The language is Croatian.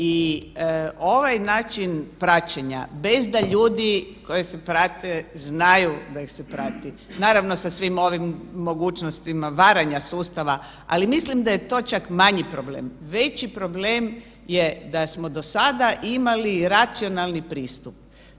I ovaj način praćenja bez da ljudi koje se prate znaju da ih se prati, naravno sa svim ovim mogućnostima varanja sustava, ali mislim da je to čak manji problem, veći problem je da smo do sada imali racionalni pristup.